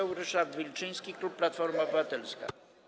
Poseł Ryszard Wilczyński, klub Platforma Obywatelska.